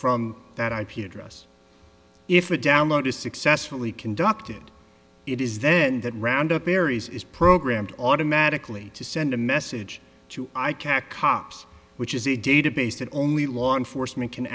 from that ip address if a download is successfully conducted it is then that round up barry's is programmed automatically to send a message to i care cops which is a database that only law enforcement can